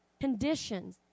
conditions